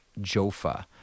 Jofa